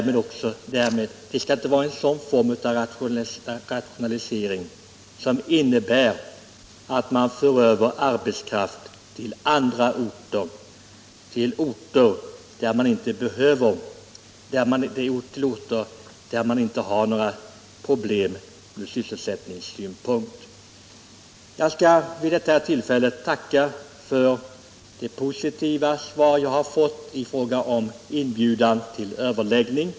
Men det skall inte vara en form av rationalisering som innebär att man för över arbetskraft till orter som inte har några problem ur sysselsättningssynpunkt. Jag skall vid detta tillfälle tacka för det positiva svar jag har fått i fråga om inbjudan till överläggning.